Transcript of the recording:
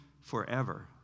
forever